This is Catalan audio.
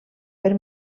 per